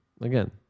Again